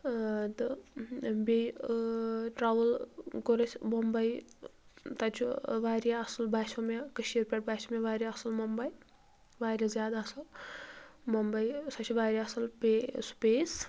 تہٕ بیٚیہِ ٹراوٕل کوٚر اسہِ بومبے تتہِ چھُ واریاہ اصل باسیٚو مےٚ کٔشیٖرِ پٮ۪ٹھ باسیٚو مےٚ واریاہ اصل ممبے واریاہ زیادٕ اصل ممبے سۄ چھِ واریاہ اصل پے سُپیس